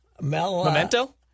Memento